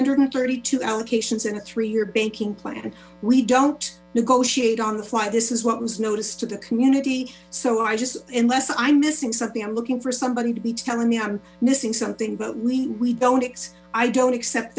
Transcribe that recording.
hundred and thirty two allocations a three year banking plan we don't negotiate on the fly this is what was noticed to the community so i just unless i'm missing something i'm looking for somebody to be telling me i'm missing something but we don't i don't accept